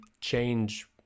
change